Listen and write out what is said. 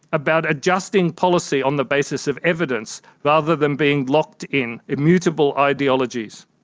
about adjusting policy on the basis of evidence rather than being locked in immutable ideologies.